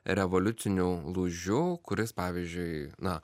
revoliuciniu lūžiu kuris pavyzdžiui na